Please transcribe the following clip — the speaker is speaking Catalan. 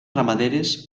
ramaderes